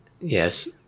Yes